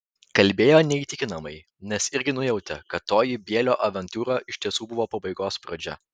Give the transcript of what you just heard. kalbėjo neįtikinamai nes irgi nujautė kad toji bielio avantiūra iš tiesų buvo pabaigos pradžia